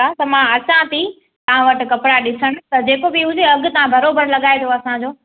हा त मां अचां थी तव्हां वटि कपिड़ा ॾिसण त जेको बि हुजे अघि तव्हां बरबरि लॻाइजो असांजो